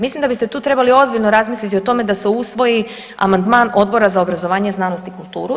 Mislim da biste tu trebali ozbiljno razmisliti o tome da se usvoji amandman Odbora za obrazovanje, znanost i kulturu.